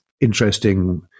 interesting